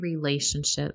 relationships